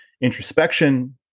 introspection